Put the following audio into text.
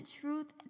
truth